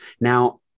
Now